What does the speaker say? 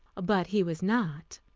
but he was not.